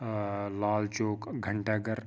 Lal Chowk گھنٹاگر